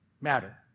matter